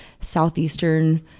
Southeastern